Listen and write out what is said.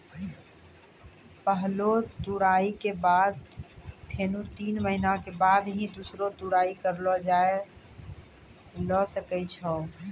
पहलो तुड़ाई के बाद फेनू तीन महीना के बाद ही दूसरो तुड़ाई करलो जाय ल सकै छो